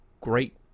great